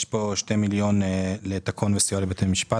יש פה 2 מיליון ש"ח לתקו"ן וסיוע לבתי מספר.